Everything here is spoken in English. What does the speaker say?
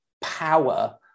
power